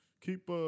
Keep